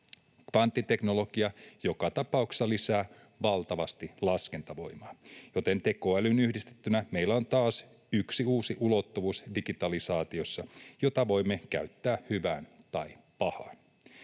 Kvanttiteknologia joka tapauksessa lisää valtavasti laskentavoimaa, joten tekoälyyn yhdistettynä meillä on taas yksi uusi ulottuvuus digitalisaatiossa, jota voimme käyttää hyvään tai pahaan.